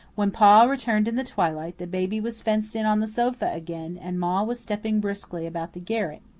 when pa returned in the twilight, the baby was fenced in on the sofa again, and ma was stepping briskly about the garret.